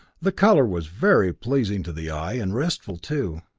the color was very pleasing to the eye, and restful too.